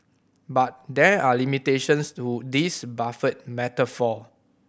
but there are limitations to this buffet metaphor